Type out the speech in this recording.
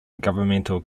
governmental